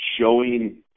showing